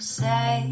say